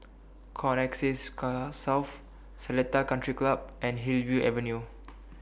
Connexis South Seletar Country Club and Hillview Avenue